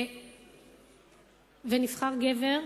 נבחר גבר,